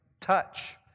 touch